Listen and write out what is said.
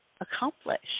accomplish